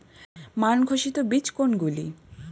মান ঘোষিত বীজ কোনগুলি?